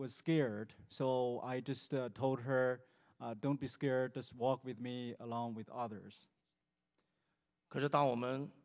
was scared soul i just told her don't be scared to walk with me along with others because it's all women